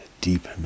deep